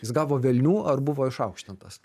jis gavo velnių ar buvo išaukštintas